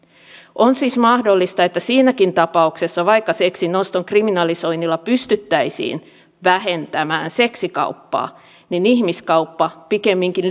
on siis mahdollista että siinäkin tapauksessa vaikka seksin oston kriminalisoinnilla pystyttäisiin vähentämään seksikauppaa niin ihmiskauppa pikemminkin